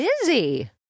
Busy